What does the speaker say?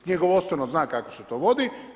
Knjigovodstveno zna kako se to vodi.